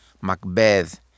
Macbeth